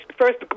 first